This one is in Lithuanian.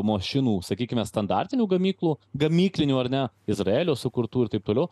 mašinų sakykime standartinių gamyklų gamyklinių ar ne izraelio sukurtų ir taip toliau